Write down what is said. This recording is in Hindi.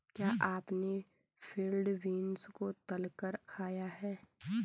क्या आपने फील्ड बीन्स को तलकर खाया है?